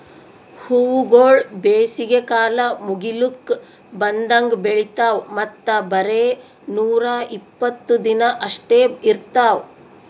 ಹೂವುಗೊಳ್ ಬೇಸಿಗೆ ಕಾಲ ಮುಗಿಲುಕ್ ಬಂದಂಗ್ ಬೆಳಿತಾವ್ ಮತ್ತ ಬರೇ ನೂರಾ ಇಪ್ಪತ್ತು ದಿನ ಅಷ್ಟೆ ಇರ್ತಾವ್